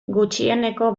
gutxieneko